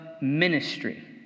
ministry